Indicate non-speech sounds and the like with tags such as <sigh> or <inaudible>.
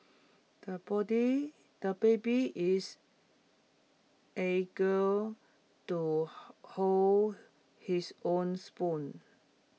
the body the baby is eager to <unintelligible> hold his own spoon